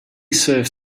serve